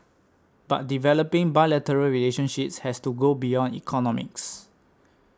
but developing bilateral relationships has to go beyond economics